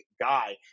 guy